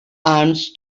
arms